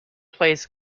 plays